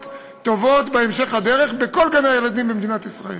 טובות בהמשך הדרך בכל גני-הילדים במדינת ישראל.